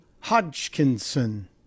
Hodgkinson